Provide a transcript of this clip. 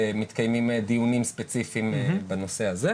ומתקיימים דיונים ספציפיים בנושא הזה.